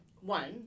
one